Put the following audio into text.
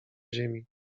ziemi